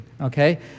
Okay